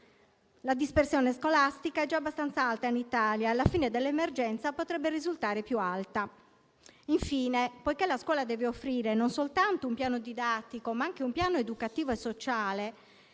La dispersione scolastica è già abbastanza alta in Italia e alla fine dell'emergenza potrebbe risultare più alta. Infine, poiché la scuola deve offrire non soltanto un piano didattico, ma anche un piano educativo e sociale